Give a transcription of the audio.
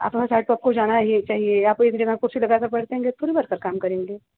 अपना साइड सबको जाना ही चाहिए आप एक जगह कुर्सी लगाकर बैठ जाएँगे तो थोड़ी वर्कर काम करेंगे